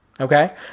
Okay